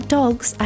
dogs